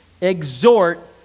exhort